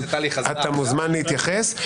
אתה מוזמן להתייחס.